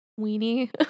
weenie